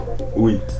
Oui